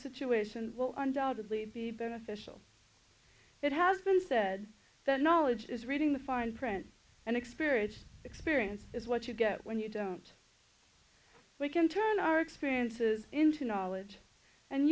situation will undoubtedly be beneficial it has been said that knowledge is reading the fine print and experience experience is what you get when you don't we can turn our experiences into knowledge and